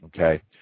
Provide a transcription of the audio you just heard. okay